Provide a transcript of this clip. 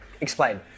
Explain